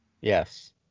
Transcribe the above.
Yes